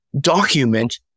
document